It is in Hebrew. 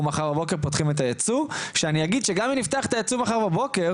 מחר בבוקר נפתח את הייצוא" שאני אדע שגם אם נפתח את הייבוא מחר בבוקר,